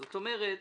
זאת אומרת,